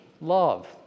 love